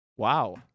Wow